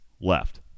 left